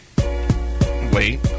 Wait